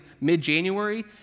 mid-january